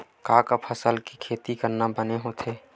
का का फसल के खेती करना बने होथे?